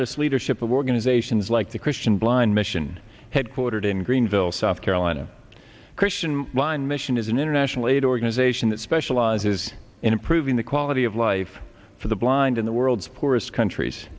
ss leadership of organizations like the christian blind mission headquartered in greenville south carolina christian line mission is an international aid organization that specializes in improving the quality of life for the blind in the world's poorest countries